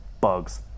Bugs